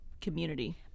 community